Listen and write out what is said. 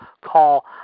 call